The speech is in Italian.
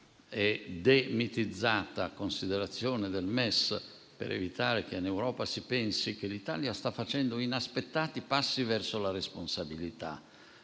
e demitizzata considerazione del MES - per evitare che in Europa si pensi che l'Italia sta facendo inaspettati passi verso la responsabilità,